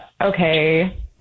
okay